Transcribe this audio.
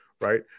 right